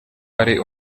ari